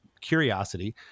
curiosity